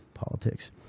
politics